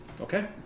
Okay